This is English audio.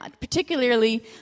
particularly